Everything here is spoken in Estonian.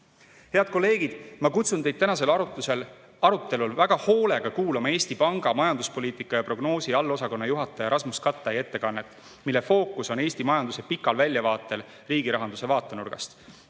Head kolleegid! Ma kutsun teid tänasel arutelul väga hoolega kuulama Eesti Panga majanduspoliitika ja prognoosi allosakonna juhataja Rasmus Kattai ettekannet, mille fookus on Eesti majanduse pikal väljavaatel riigirahanduse vaatenurgast.